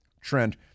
trend